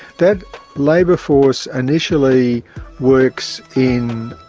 that labour force initially works in